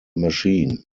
machine